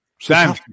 Sam